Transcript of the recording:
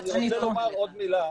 אני רוצה לומר עוד מילה,